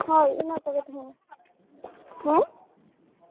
ᱦᱳᱭ ᱚᱱᱟ ᱠᱚᱜᱮ ᱛᱟᱦᱮᱱᱟ